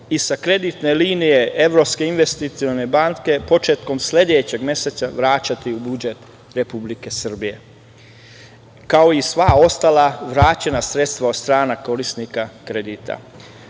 i sa kreditne linije Evropske investicione banke, početkom sledećeg meseca vraćati u budžet Republike Srbije, kao i sva ostala vraćena sredstva od strane korisnika kredita. Na